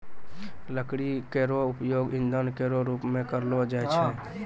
लकड़ी केरो उपयोग ईंधन केरो रूप मे करलो जाय छै